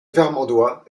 vermandois